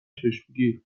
چشمگیر